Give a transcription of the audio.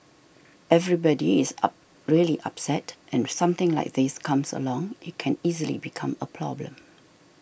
everybody is really upset and something like this comes along it can easily become a problem